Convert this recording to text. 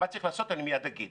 מה צריך לעשות אני מיד אגיד.